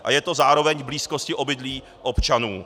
A je to zároveň v blízkosti obydlí občanů.